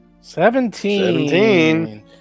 Seventeen